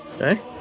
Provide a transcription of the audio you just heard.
Okay